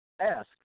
Ask